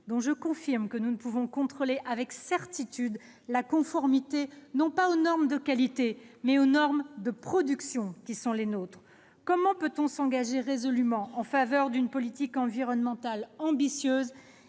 dont- je le confirme -nous ne pouvons contrôler avec certitude la conformité non pas aux normes de qualité mais à nos normes de production ? Comment peut-on s'engager résolument en faveur d'une politique environnementale ambitieuse